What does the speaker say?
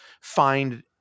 find